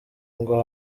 ngo